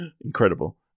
Incredible